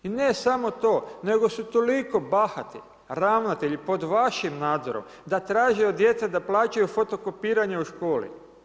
I ne samo to, nego su toliko bahati ravnatelji pod vašim nadzorom da traže od djece da plaćaju fotokopiranje u školi.